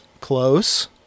Close